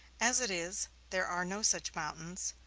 as it is, there are no such mountains.